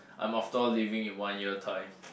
I'm after all leaving in one year time